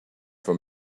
for